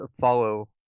follow